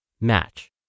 Match